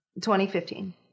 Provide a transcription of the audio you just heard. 2015